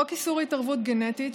חוק איסור התערבות גנטית,